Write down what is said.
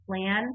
plan